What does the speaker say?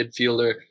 midfielder